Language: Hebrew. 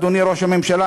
אדוני ראש הממשלה,